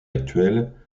actuelle